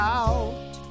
out